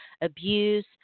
abuse